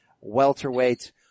welterweight